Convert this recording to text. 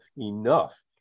enough